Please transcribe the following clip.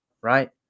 right